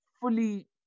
fully